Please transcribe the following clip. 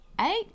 eight